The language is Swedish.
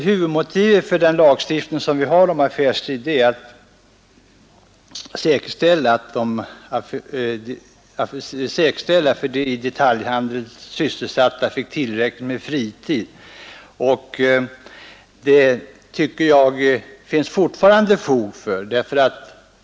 Huvudmotivet för den lagstiftning vi har om affärstid var att säkerställa att de i detaljhandeln sysselsatta fick tillräckligt med fritid, och man kan väl säga att det fortfarande finns fog för detta.